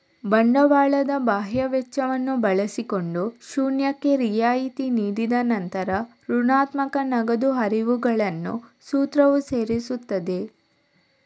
ಬಂಡವಾಳದ ಬಾಹ್ಯ ವೆಚ್ಚವನ್ನು ಬಳಸಿಕೊಂಡು ಶೂನ್ಯಕ್ಕೆ ರಿಯಾಯಿತಿ ನೀಡಿದ ನಂತರ ಋಣಾತ್ಮಕ ನಗದು ಹರಿವುಗಳನ್ನು ಸೂತ್ರವು ಸೇರಿಸುತ್ತದೆ